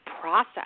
process